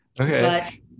Okay